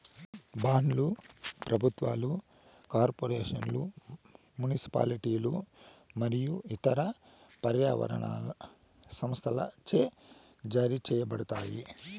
బాండ్లు ప్రభుత్వాలు, కార్పొరేషన్లు, మునిసిపాలిటీలు మరియు ఇతర పర్యావరణ సంస్థలచే జారీ చేయబడతాయి